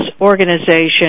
organization